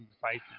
fight